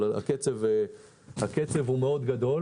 אבל הקצב הוא מהיר,